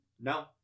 No